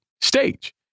stage